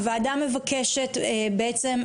הוועדה מבקשת בעצם,